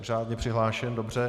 Řádně přihlášen, dobře.